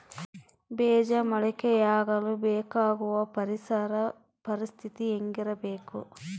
ಬೇಜ ಮೊಳಕೆಯಾಗಲು ಬೇಕಾಗುವ ಪರಿಸರ ಪರಿಸ್ಥಿತಿ ಹೇಗಿರಬೇಕು?